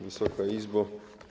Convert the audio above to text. Wysoka Izbo!